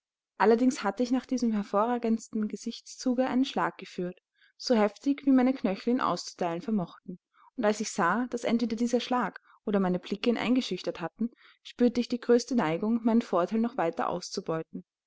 allerdings hatte ich nach diesem hervorragendsten gesichtszuge einen schlag geführt so heftig wie meine knöchel ihn auszuteilen vermochten und als ich sah daß entweder dieser schlag oder meine blicke ihn eingeschüchtert hatten spürte ich die größte neigung meinen vorteil noch weiter auszubeuten